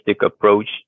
approach